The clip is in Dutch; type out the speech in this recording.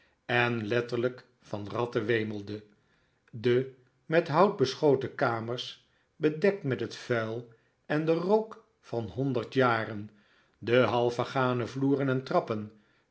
en letterlijk van ratten wemelde de met hout beschoten kamers bedekt met het vuil en den rook van honderd jaren de half vergane vloeren en trappen